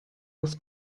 was